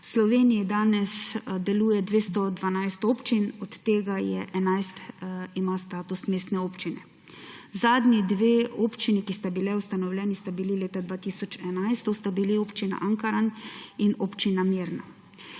V Sloveniji danes deluje 212 občin, od tega jih 11 ima status mestne občine. Zadnji dve občini, ki sta bili ustanovljeni, sta bili leta 2011. To sta bili občina Ankaran in občina Mirna.